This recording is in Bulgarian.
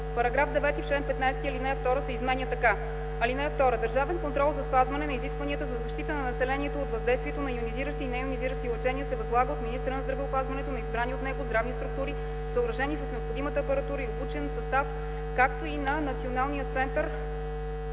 § 9: „§ 9. В чл. 15 ал. 2 се изменя така: (2) Държавен контрол за спазване на изискванията за защита на населението от въздействието на йонизиращи и нейонизиращи лъчения се възлага от министъра на здравеопазването на избрани от него здравни структури, съоръжени с необходимата апаратура и обучен състав, както и на НЦРРЗ.” Комисията